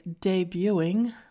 debuting